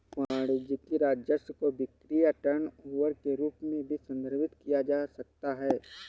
वाणिज्यिक राजस्व को बिक्री या टर्नओवर के रूप में भी संदर्भित किया जा सकता है